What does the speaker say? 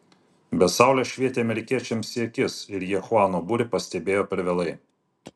bet saulė švietė amerikiečiams į akis ir jie chuano būrį pastebėjo per vėlai